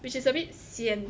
which is a bit sian